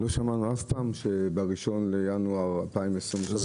אף פעם לא שמענו שב-1 בינואר 2023 זה